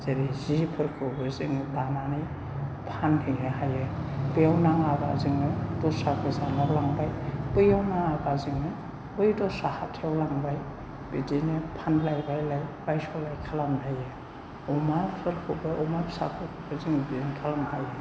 जेरै जि फोरखौबो जों बानानै फानहैनो हायो बेव नाङाब्ला जोङो दस्रा गोजानाव लांबाय बैयाव नाङाब्ला बै दस्रा हाथायाव लांबाय बिदिनो फानलाय बायलाय बायस'लाय खालामलायो अमा फोरखौबो अमा फिसाफोरखौबो जोङो बिदिनो खालामनो हायो